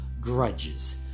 grudges